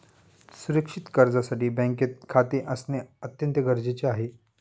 सुरक्षित कर्जासाठी बँकेत खाते असणे अत्यंत गरजेचे आहे